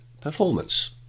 Performance